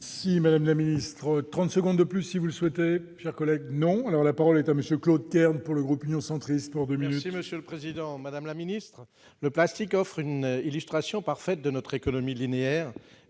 Si Madame la ministre, 30 secondes de plus si vous le souhaitez, Pierre collègues non alors la parole est à monsieur Claude pour le groupe Union centriste pour 2000. Oui, Monsieur le Président, Madame la ministre, le plastique offre une illustration parfaite de notre économie linéaire